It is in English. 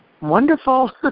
Wonderful